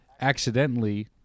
accidentally